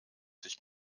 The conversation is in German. sich